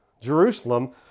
Jerusalem